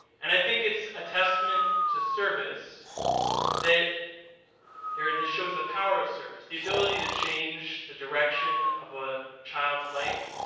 and i think it's a testament to service that or this shows the power of service, the ability to change the direction of a child's life